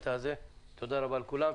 תודה רבה לכולם.